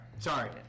Sorry